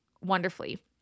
wonderfully